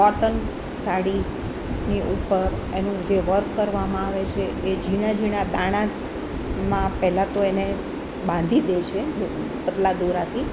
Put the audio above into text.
cotton સાડીની ઉપર એનું જે વર્ક કરવામાં આવે છે એ ઝીણા ઝીણા દાણામાં પહેલા તો એને બાંધી દે છે પતલા દોરાથી